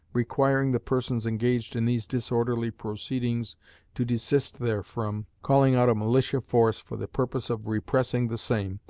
requiring the persons engaged in these disorderly proceedings to desist therefrom, calling out a militia force for the purpose of repressing the same,